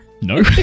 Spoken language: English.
No